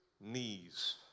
Knees